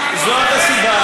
53 נגד, אין